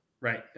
Right